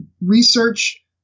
research